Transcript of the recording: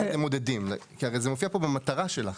איך אתם מודדים, שהרי זה מופיע פה במטרה שלך?